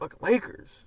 Lakers